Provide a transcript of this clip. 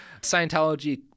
Scientology